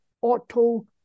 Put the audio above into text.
auto